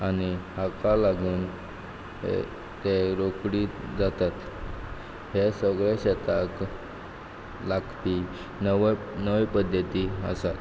आनी हाका लागून ये तें रोखडीत जातात हें सगळें शेताक लागपी नवे नव्यो पद्दती आसा